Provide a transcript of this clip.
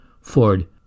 Ford